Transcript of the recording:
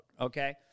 okay